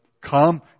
come